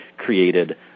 created